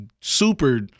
super